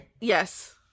Yes